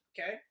Okay